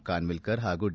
ಖಾನ್ವಿಲ್ಕರ್ ಹಾಗೂ ಡಿ